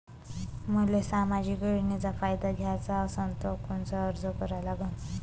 मले सामाजिक योजनेचा फायदा घ्याचा असन त कोनता अर्ज करा लागन?